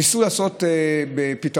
ניסו לעשות פתרון,